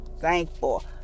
thankful